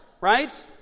right